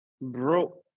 Bro